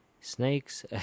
Snakes